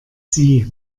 sie